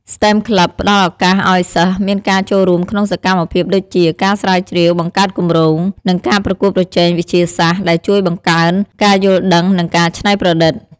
STEM Club ផ្តល់ឱកាសឲ្យសិស្សមានការចូលរួមក្នុងសកម្មភាពដូចជា ការស្រាវជ្រាវ បង្កើតគម្រោង និងការប្រកួតប្រជែងវិទ្យាសាស្ត្រ ដែលជួយបង្កើនការយល់ដឹង និងការច្នៃប្រឌិត។